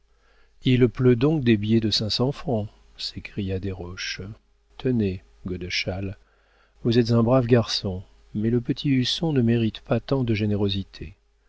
il pleut donc des billets de cinq cents francs s'écria desroches tenez godeschal vous êtes un brave garçon mais le petit husson ne mérite pas tant de générosité